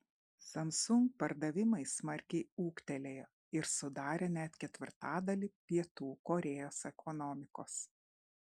samsung pardavimai smarkiai ūgtelėjo ir sudarė net ketvirtadalį pietų korėjos ekonomikos